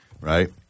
Right